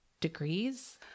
degrees